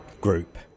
group